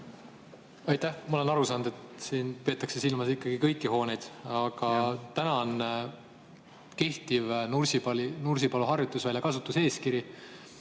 Aitäh! Ma olen aru saanud, et siin peetakse silmas ikkagi kõiki hooneid, aga täna on olemas kehtiv Nursipalu harjutusvälja kasutamise eeskiri,